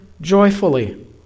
joyfully